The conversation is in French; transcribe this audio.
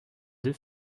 deux